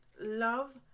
love